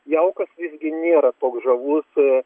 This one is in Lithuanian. jaukas visgi nėra toks žavus